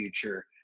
future